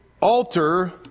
alter